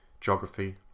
geography